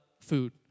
food